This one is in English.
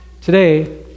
Today